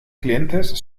clientes